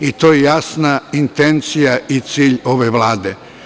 I to je jasna intencija i cilj ove Vlade.